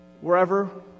wherever